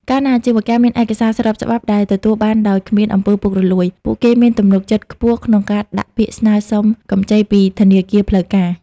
កាលណាអាជីវកម្មមានឯកសារស្របច្បាប់ដែលទទួលបានដោយគ្មាន អំពើពុករលួយ ពួកគេមានទំនុកចិត្តខ្ពស់ក្នុងការដាក់ពាក្យស្នើសុំកម្ចីពីធនាគារផ្លូវការ។